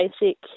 basic